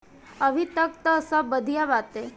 अबहीं तक त सब बढ़िया बाटे